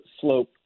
slope